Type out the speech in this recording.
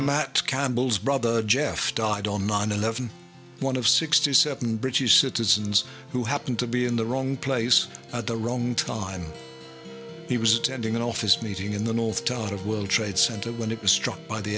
matts campbell's brother jeff died on nine eleven one of sixty seven british citizens who happened to be in the wrong place at the wrong time he was attending an office meeting in the north tower of world trade center when it was struck by the